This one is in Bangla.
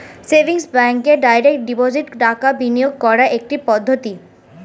সেভিংস ব্যাঙ্কে ডাইরেক্ট ডিপোজিট টাকা বিনিয়োগ করার একটি পদ্ধতি